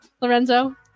Lorenzo